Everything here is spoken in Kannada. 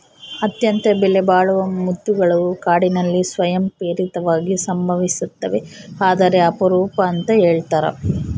ಅತ್ಯಂತ ಬೆಲೆಬಾಳುವ ಮುತ್ತುಗಳು ಕಾಡಿನಲ್ಲಿ ಸ್ವಯಂ ಪ್ರೇರಿತವಾಗಿ ಸಂಭವಿಸ್ತವೆ ಆದರೆ ಅಪರೂಪ ಅಂತ ಹೇಳ್ತರ